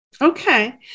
Okay